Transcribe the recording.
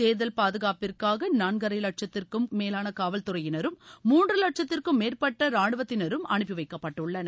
தேர்தல் பாதுகாப்பிற்காக நான்கரை வட்சத்திற்கும் காவல்துறையினரும் மூன்று வட்சத்திற்கும் மேற்பட்ட ராணுவத்தினரும் அனுப்பி வைக்கப்பட்டுள்ளனர்